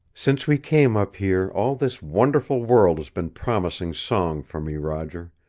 since we came up here all this wonderful world has been promising song for me, roger.